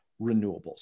renewables